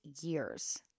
years